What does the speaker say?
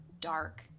dark